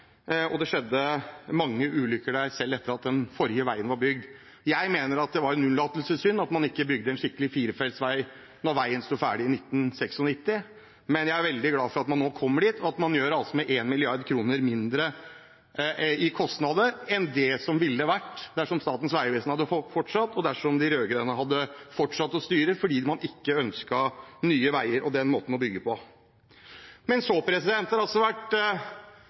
og det skjedde mange ulykker der selv etter at den forrige veien var bygd. Jeg mener det er en unnlatelsessynd at man ikke hadde bygd en skikkelig firefelts vei da veien stod ferdig i 1996, men jeg er veldig glad for at man nå kommer dit, og at man gjør det med 1 mrd. kr mindre i kostnader enn det det ville vært dersom Statens vegvesen hadde fortsatt, og dersom de rød-grønne hadde fortsatt å styre, for man ønsket ikke Nye Veier og den måten å bygge på. Jeg har ikke fulgt med på alle, men det har i hvert fall vært